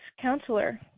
counselor